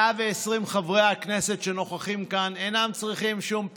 120 חברי הכנסת שנוכחים כאן אינם צריכים שום פיצוי.